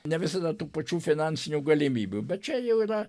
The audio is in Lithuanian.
ne visada tų pačių finansinių galimybių bet čia jau yra